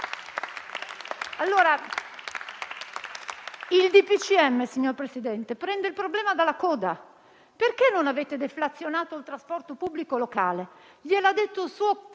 Signor Presidente, il DPCM prende il problema dalla coda. Perché non avete deflazionato il trasporto pubblico locale? Gliel'ha detto un suo